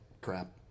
crap